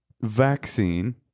vaccine